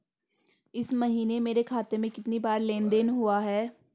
इस महीने मेरे खाते में कितनी बार लेन लेन देन हुआ है?